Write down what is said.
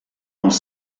els